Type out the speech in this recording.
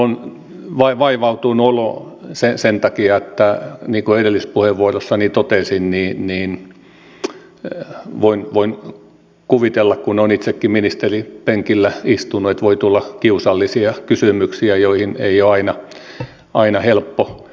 minulla on vaivautunut olo sen takia niin kuin edellisessä puheenvuorossani totesin että voin kuvitella kun olen itsekin ministerin penkillä istunut että voi tulla kiusallisia kysymyksiä joihin ei ole aina helppo vastata